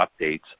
updates